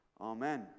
amen